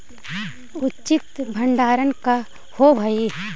उचित भंडारण का होव हइ?